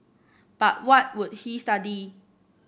but what would he study